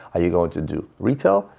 are you going to do retail?